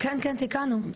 כן, כן, תיקנו.